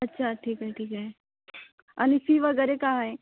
अच्छा ठीक आहे ठीक आहे आणि फी वगैरे काय आहे